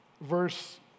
Verse